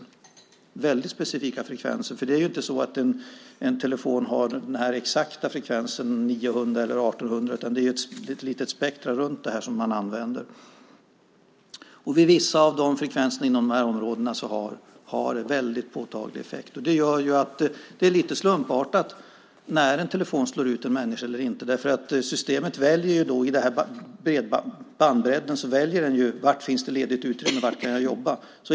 Det är väldigt specifika frekvenser, för det är ju inte så att en telefon har den exakta frekvensen 900 eller 1 800, utan det är ett litet spektrum runt det här som man använder. Vid vissa av de frekvenserna inom de här områdena har det väldigt påtaglig effekt. Det gör att det är lite slumpartat när en telefon slår ut en människa eller inte, eftersom systemet i den här bandbredden väljer var det finns ledigt utrymme och var det kan jobba.